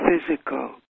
physical